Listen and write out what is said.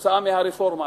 בגלל הרפורמה,